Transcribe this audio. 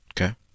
Okay